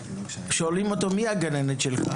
שואלים אותו מי הגננת שלך?